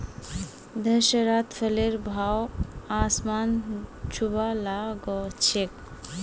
दशहरात फलेर भाव आसमान छूबा ला ग छेक